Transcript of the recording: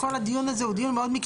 וכל הדיון הזה הוא דיון מאוד,